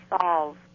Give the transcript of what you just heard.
solve